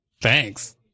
thanks